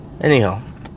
Anyhow